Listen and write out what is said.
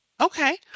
Okay